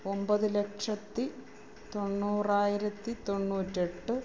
ഒൻപത് ലക്ഷത്തി തൊണ്ണൂറായിരത്തി തൊണ്ണൂറ്റി എട്ട്